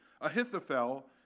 Ahithophel